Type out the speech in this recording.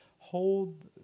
hold